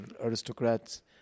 aristocrats